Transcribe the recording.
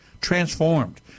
transformed